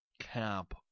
camp